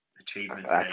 achievements